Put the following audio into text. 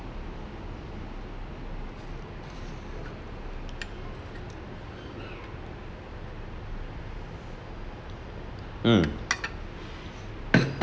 mm